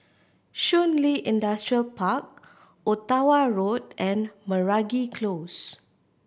Shun Li Industrial Park Ottawa Road and Meragi Close